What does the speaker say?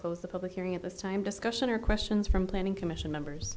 close the public hearing at this time discussion or questions from planning commission members